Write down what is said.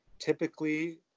typically